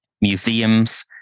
museums